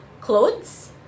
clothes